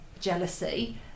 jealousy